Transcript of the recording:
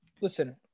Listen